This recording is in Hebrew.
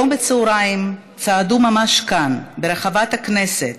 היום בצהריים צעדו ממש כאן, ברחבת הכנסת,